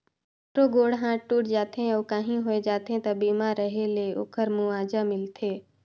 कखरो गोड़ हाथ टूट जाथे अउ काही होय जाथे त बीमा रेहे ले ओखर मुआवजा मिलथे